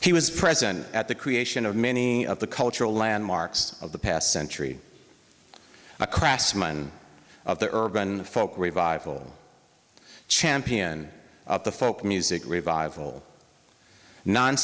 he was present at the creation of many of the cultural landmarks of the past century a craftsman of the urban folk revival championed the folk music revival non